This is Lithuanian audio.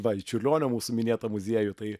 va į čiurlionio mūsų minėtą muziejų tai